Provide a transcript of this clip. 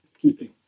keeping